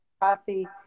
coffee